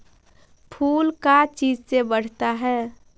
फूल का चीज से बढ़ता है?